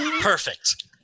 Perfect